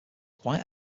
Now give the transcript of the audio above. quite